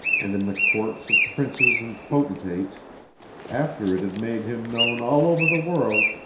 and in the courts of princes and potentates after it had made him known all over the world,